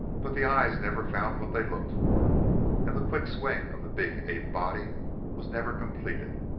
but the eyes never found what they looked for and the quick swing of the big ape-body was never completed.